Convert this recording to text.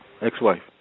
Ex-wife